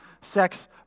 sex